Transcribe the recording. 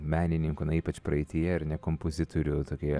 menininkų na ypač praeityje ir ne kompozitorių tokioje